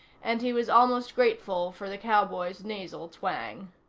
and he was almost grateful for the cowboy's nasal twang.